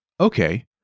Okay